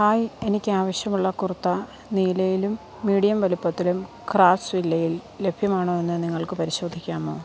hi എനിക്ക് ആവശ്യമുള്ള കുർത്ത നീലയിലും മീഡിയം വലുപ്പത്തിലും ക്രാഫ്റ്റ്സ്വില്ലയിൽ ലഭ്യമാണോ എന്ന് നിങ്ങൾക്ക് പരിശോധിക്കാമോ